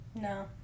no